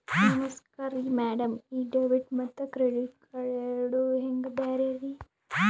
ನಮಸ್ಕಾರ್ರಿ ಮ್ಯಾಡಂ ಈ ಡೆಬಿಟ ಮತ್ತ ಕ್ರೆಡಿಟ್ ಕಾರ್ಡ್ ಎರಡೂ ಹೆಂಗ ಬ್ಯಾರೆ ರಿ?